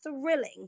thrilling